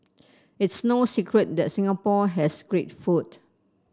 it's no secret that Singapore has great food